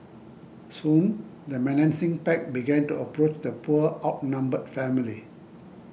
soon the menacing pack began to approach the poor outnumbered family